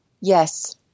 Yes